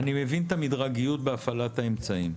אני מבין את המדרגיות בהפעלת האמצעים.